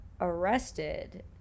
arrested